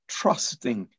trusting